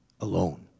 alone